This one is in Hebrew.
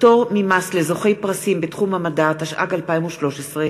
(פטור ממס לזוכי פרסים בתחום המדע), התשע"ג 2013,